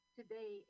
today